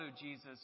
Jesus